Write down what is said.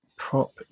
Prop